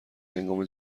هنگام